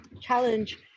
challenge